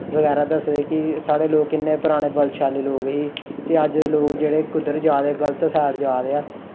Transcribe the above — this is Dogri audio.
बगैरा दस्सदे कि साढ़े लोक किन्ने पराने बलशाली लोक हे ते अज्ज दे लोक जेह्ड़े कुद्धर जा दे गल्त साईड जा दे